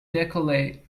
decollete